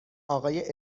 آقای